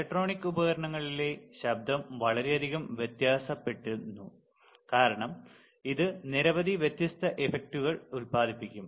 electronic ഉപകരണങ്ങളിലെ ശബ്ദം വളരെയധികം വ്യത്യാസപ്പെടുന്നു കാരണം ഇത് നിരവധി വ്യത്യസ്ത ഇഫക്റ്റുകൾ ഉൽപാദിപ്പിക്കും